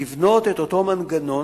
לבנות את אותו מנגנון